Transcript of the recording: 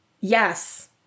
Yes